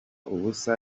ubusa